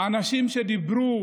אנשים שדיברו